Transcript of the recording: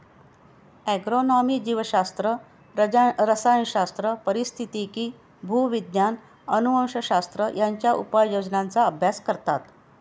agronomy जीवशास्त्र, रसायनशास्त्र, पारिस्थितिकी, भूविज्ञान, अनुवंशशास्त्र यांच्या उपयोजनांचा अभ्यास करतात